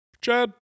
Chad